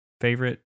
favorite